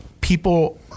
people